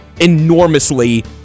enormously